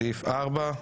סעיף 3,